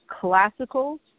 classical